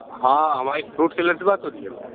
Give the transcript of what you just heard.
हाँ हमारी fruit seller से बात हो रही है भैया